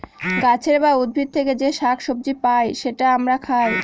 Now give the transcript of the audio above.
গাছের বা উদ্ভিদ থেকে যে শাক সবজি পাই সেটা আমরা খাই